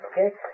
okay